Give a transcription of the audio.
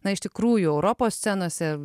na iš tikrųjų europos scenose